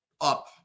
up